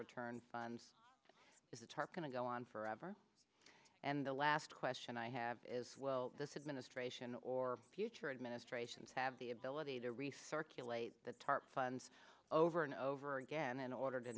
return funds as a tarp going to go on forever and the last question i have is well this administration or future administrations have the ability to restart the tarp funds over and over again in order to